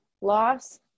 loss